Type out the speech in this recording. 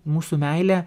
mūsų meilė